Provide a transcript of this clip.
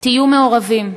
תהיו מעורבים,